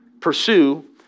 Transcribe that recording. Pursue